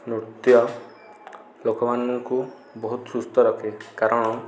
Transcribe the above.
ନୃତ୍ୟ ଲୋକମାନଙ୍କୁ ବହୁତ ସୁସ୍ଥ ରଖେ କାରଣ